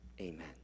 Amen